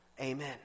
amen